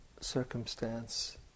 circumstance